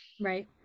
Right